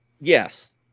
Yes